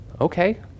Okay